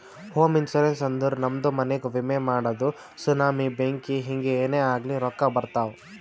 ಹೋಮ ಇನ್ಸೂರೆನ್ಸ್ ಅಂದುರ್ ನಮ್ದು ಮನಿಗ್ಗ ವಿಮೆ ಮಾಡದು ಸುನಾಮಿ, ಬೆಂಕಿ ಹಿಂಗೆ ಏನೇ ಆಗ್ಲಿ ರೊಕ್ಕಾ ಬರ್ತಾವ್